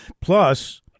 Plus